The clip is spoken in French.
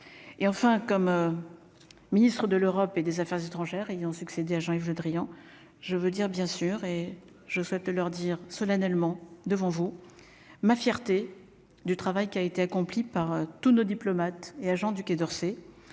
et enfin comme Ministre de l'Europe et des Affaires étrangères ayant succédé à Jean-Yves Le Drian je veux dire, bien sûr, et je souhaite leur dire solennellement devant vous ma fierté du travail qui a été accompli par tous nos diplomates et agents du Quai d'Orsay